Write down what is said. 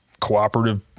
cooperative